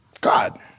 God